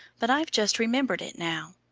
but i've just remembered it now.